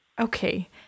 Okay